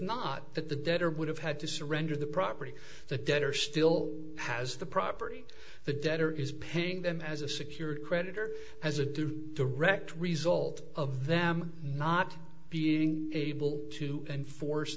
not that the debtor would have had to surrender the property the debtor still has the property the debtor is paying them as a secured creditor as a do direct result of them not being able to enforce